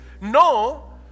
no